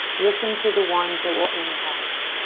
listen to the ones that will impact.